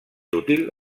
útil